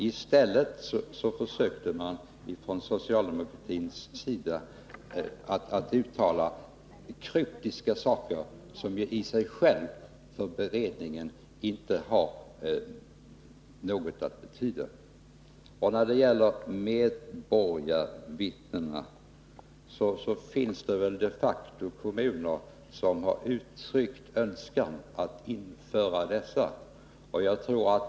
I stället försökte man från socialdemokratins sida att uttala kryptiska saker, som i sig själva inte har någon betydelse för beredningen. När det gäller medborgarvittnena finns det de facto kommuner som har uttryckt önskan att införa sådana.